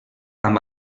amb